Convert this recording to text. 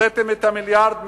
הוצאתם את המיליארד,